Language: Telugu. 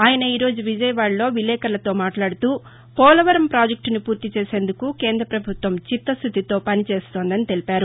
ఆయన ఈ రోజు విజయవాడలో విలేకర్లతో మాట్లాడుతూ పోలవరం పాజెక్లును పూర్తి చేసేందుకు కేంద్ర పభుత్వం చిత్తశుద్దితో పనిచేస్తోందని తెలిపారు